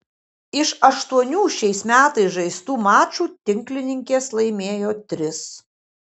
iš aštuonių šiais metais žaistų mačų tinklininkės laimėjo tris